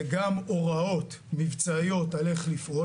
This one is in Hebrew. זה גם הוראות מבצעיות על איך לפעול,